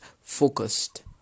focused